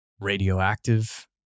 radioactive